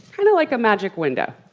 kind of like a magic window.